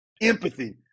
Empathy